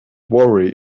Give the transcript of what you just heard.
worry